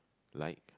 like